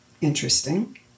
Interesting